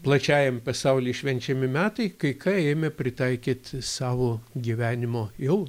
plačiajam pasauly švenčiami metai kai ką ėmė pritaikyt savo gyvenimo jau